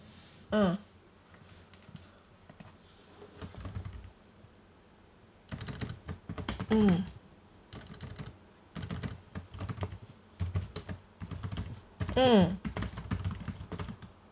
ugh mm mm